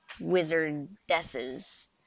wizardesses